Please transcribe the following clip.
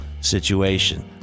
situation